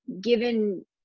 given